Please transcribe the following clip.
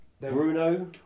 Bruno